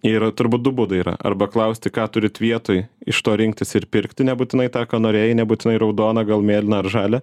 yra turbūt du būdai yra arba klausti ką turit vietoj iš to rinktis ir pirkti nebūtinai tą ką norėjai nebūtinai raudoną gal mėlyną ar žalią